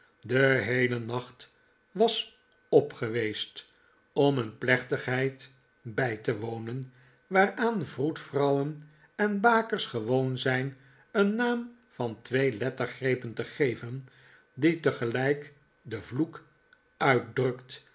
den heelen nacht was op geweest om een plechtigheid bij te wonen waaraan vroedvrouwen en bakers gewooh zijn een naam van twee lettergrepen te geven die tegelfjk den vloek uitdrukt